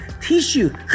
tissue